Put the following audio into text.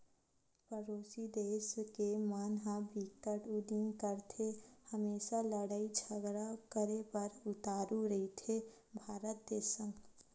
परोसी देस के मन ह बिकट उदिम करके हमेसा लड़ई झगरा करे बर उतारू रहिथे भारत देस संग